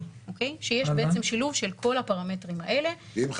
שיש בעצם שילוב של כל הפרמטרים האלה.